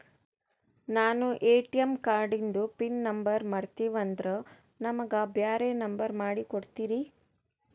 ನಾನು ಎ.ಟಿ.ಎಂ ಕಾರ್ಡಿಂದು pin number ಮರತೀವಂದ್ರ ನಮಗ ಬ್ಯಾರೆ ನಂಬರ್ ಮಾಡಿ ಕೊಡ್ತೀರಿ?